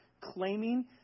claiming